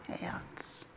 hands